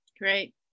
Great